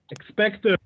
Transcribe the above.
expect